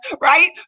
right